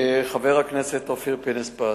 חבר הכנסת אופיר פינס-פז,